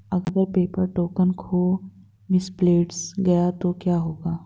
अगर paper token खो misplaced गया तो क्या होगा?